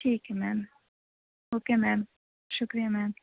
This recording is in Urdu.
ٹھیک ہے میم اوکے میم شکریہ میم